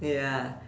ya